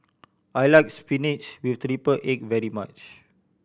I like spinach with triple egg very much